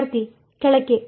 ವಿದ್ಯಾರ್ಥಿ ಕೆಳಕ್ಕೆ